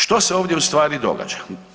Što se ovdje ustvari događa?